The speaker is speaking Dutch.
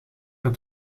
dat